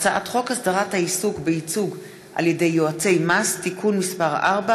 הצעת חוק הקמת יישוב עירוני חדש לאוכלוסייה הדרוזית,